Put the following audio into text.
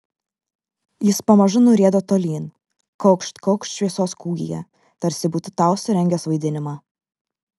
jis pamažu nurieda tolyn kaukšt kaukšt šviesos kūgyje tarsi būtų tau surengęs vaidinimą